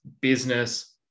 business